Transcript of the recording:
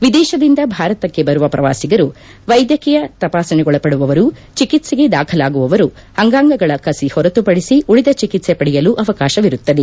ವಿದೇಶದಿಂದ ಭಾರತಕ್ಕೆ ಬರುವ ಪ್ರವಾಸಿಗರು ವೈದ್ಯಕೀಯ ತಪಾಸಣೆಗೊಳಪಡುವವರು ಚಿಕಿತ್ತೆಗೆ ದಾಖಲಾಗುವವರು ಅಂಗಾಂಗಗಳ ಕಸಿ ಹೊರತುಪಡಿಸಿ ಉಳಿದ ಚಿಕಿತ್ತೆ ಪಡೆಯಲು ಅವಕಾಶವಿರುತ್ತದೆ